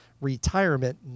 retirement